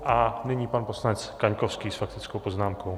A nyní pan poslanec Kaňkovský s faktickou poznámkou.